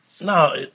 No